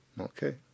okay